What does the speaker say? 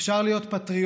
אפשר להיות פטריוטים,